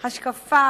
השקפה,